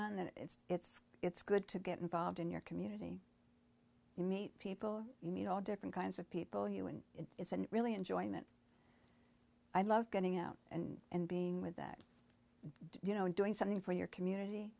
on that it's it's good to get involved in your community you meet people you meet all different kinds of people you and it's a really enjoyment i love getting out and and being with that you know doing something for your community